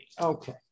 Okay